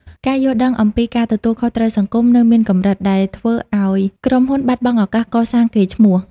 ការយល់ដឹងអំពី "ការទទួលខុសត្រូវសង្គម" នៅមានកម្រិត ដែលធ្វើឱ្យក្រុមហ៊ុនបាត់បង់ឱកាសកសាងកេរ្តិ៍ឈ្មោះ។